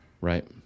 Right